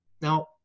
Now